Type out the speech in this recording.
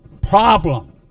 problem